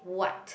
what